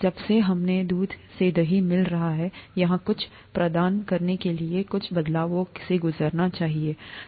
जबसे हमें दूध से दही मिल रहा है यहाँ कुछ प्रदान करने के लिए कुछ बदलावों से गुजरना चाहिए दही